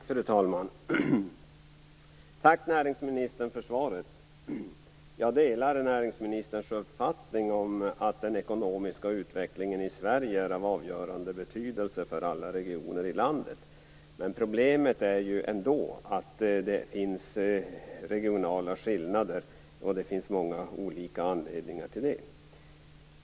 Fru talman! Tack för svaret, näringsministern. Jag delar näringsministerns uppfattning att den ekonomiska utvecklingen i Sverige är av avgörande betydelse för alla regioner i landet. Problemet är ändå att det finns regionala skillnader, och det finns många olika anledningar till det.